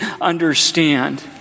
understand